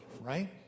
right